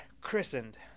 Christened